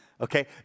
okay